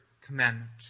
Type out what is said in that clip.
commandment